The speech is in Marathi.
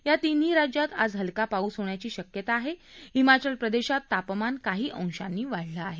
या तिन्ही राज्यात आज हलका पाऊस होण्याची शक्यता आहे हिमाचल प्रदेशात तापमान काही अंशांनी वाढलं आहे